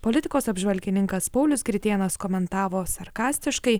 politikos apžvalgininkas paulius gritėnas komentavo sarkastiškai